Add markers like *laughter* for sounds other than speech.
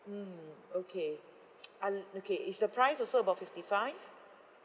mm okay *noise* unl~ okay is the price also about fifty five